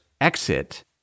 exit